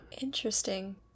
interesting